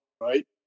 right